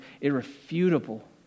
irrefutable